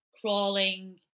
crawling